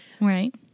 Right